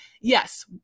Yes